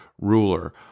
ruler